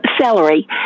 celery